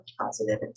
positive